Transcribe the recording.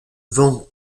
vent